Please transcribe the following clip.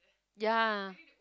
ya